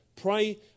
Pray